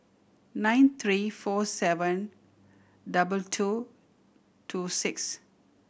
nine three four seven double two two six